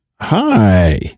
hi